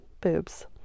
boobs